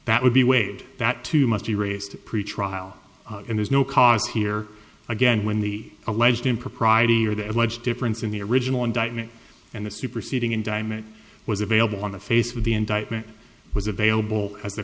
that would be waived that too must be raised pretrial and there's no cause here again when the alleged impropriety or the alleged difference in the original indictment and the superseding indictment was available on the face with the indictment was available as the